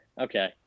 Okay